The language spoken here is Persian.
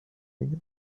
میگم